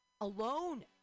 alone